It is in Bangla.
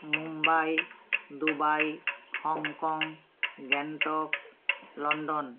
Mumbai Dubai Hong Kong Gangtok London